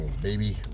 baby